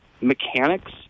mechanics